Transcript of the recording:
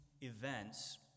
events